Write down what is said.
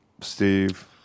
Steve